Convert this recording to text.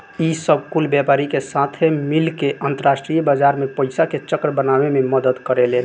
ई सब कुल व्यापारी के साथे मिल के अंतरास्ट्रीय बाजार मे पइसा के चक्र बनावे मे मदद करेलेन